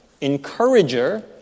encourager